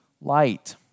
light